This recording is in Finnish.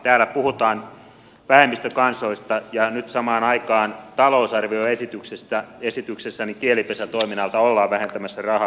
täällä puhutaan vähemmistökansoista ja nyt samaan aikaan talousarvioesityksessä kielipesätoiminnalta ollaan vähentämässä rahaa